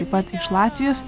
taip pat iš latvijos